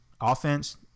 offense